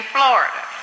Florida